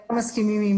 לא מסכימים עם